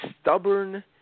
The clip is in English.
stubborn